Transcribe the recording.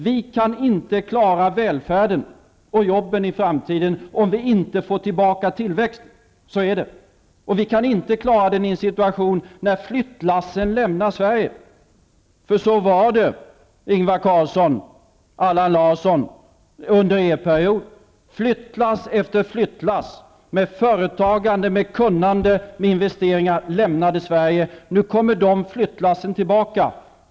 Vi kan inte klara välfärden och jobben i framtiden, om vi inte får tillbaka tillväxten. Så är det. Och vi kan inte klara den i en situation när flyttlassen lämnar Sverige. För så var det, Ingvar Carlsson och Allan Larsson, under er regeringsperiod. Flyttlass efter flyttlass med företagande, med kunnande och med investeringar lämnade Sverige. Nu kommer de flyttlassen tillbaka.